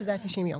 שזה היה 90 יום.